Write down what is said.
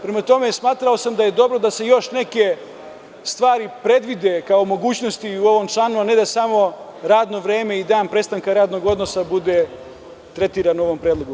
Prema tome, smatrao sam da je dobro da se još neke stvari predvide kao mogućnosti u ovom članu, a ne samo radno vreme i dan prestanka radnog odnosa da bude tretirano u ovom predlogu.